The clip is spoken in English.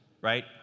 right